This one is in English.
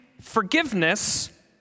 forgiveness